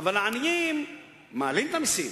אבל לעניים מעלים את המסים: